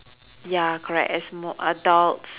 ya correct as more adults